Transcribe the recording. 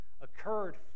occurred